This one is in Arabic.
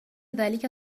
ذلك